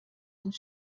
uns